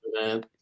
man